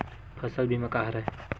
फसल बीमा का हरय?